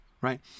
right